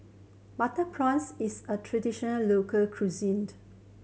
butter prawns is a traditional local cuisine